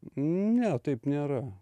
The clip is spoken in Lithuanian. ne taip nėra